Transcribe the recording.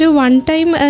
one-time